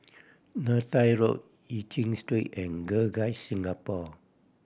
Neythai Road Eu Chin Street and Girl Guides Singapore